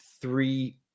three